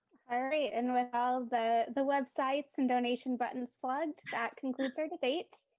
right, and with all the the websites and donation buttons flags, that concludes our debate.